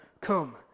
Come